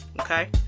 okay